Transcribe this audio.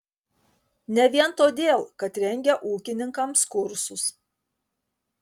ne vien todėl kad rengia ūkininkams kursus